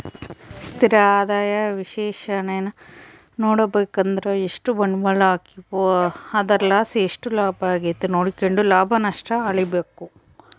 ಸ್ಥಿರ ಆದಾಯ ವಿಶ್ಲೇಷಣೇನಾ ನೋಡುಬಕಂದ್ರ ಎಷ್ಟು ಬಂಡ್ವಾಳ ಹಾಕೀವೋ ಅದರ್ಲಾಸಿ ಎಷ್ಟು ಲಾಭ ಆಗೆತೆ ನೋಡ್ಕೆಂಡು ಲಾಭ ನಷ್ಟ ಅಳಿಬಕು